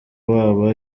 waba